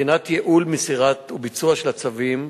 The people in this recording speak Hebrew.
מבחינת ייעול מסירה וביצוע של הצווים,